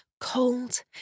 cold